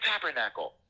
tabernacle